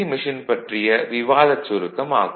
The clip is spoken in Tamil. மெஷின் பற்றிய விவாதச் சுருக்கம் ஆகும்